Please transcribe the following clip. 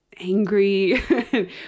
angry